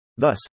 Thus